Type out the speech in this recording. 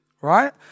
right